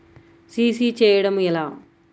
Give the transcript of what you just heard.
CC చేయడము ఎలా?